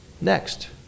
Next